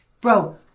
Bro